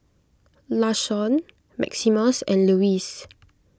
Lashawn Maximus and Lewis